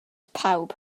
pawb